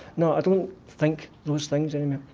no i don't think those things anymore.